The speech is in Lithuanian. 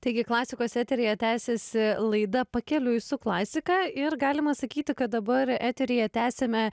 taigi klasikos eteryje tęsiasi laida pakeliui su klasika ir galima sakyti kad dabar eteryje tęsiame